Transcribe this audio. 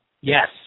Yes